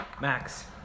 Max